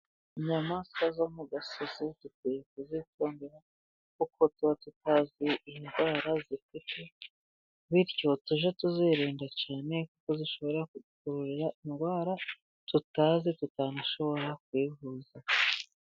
Inyamaswa zo mu gasozi dukwiye kuzifumbira kuko tuba tutazi indwara zifite, bityo tujye tuzirinda cyane ko zishobora ku twadurira indwara tutazi tutanashobora kuyivuza.